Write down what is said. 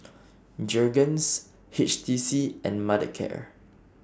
Jergens H T C and Mothercare